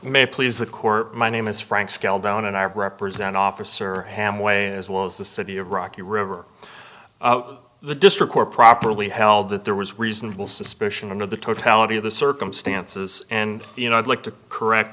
it please the court my name is frank scaled down and i represent officer hamm way as well as the city of rocky river the district where properly held that there was reasonable suspicion of the totality of the circumstances and you know i'd like to correct